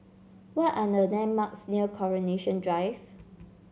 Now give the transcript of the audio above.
what are the landmarks near Coronation Drive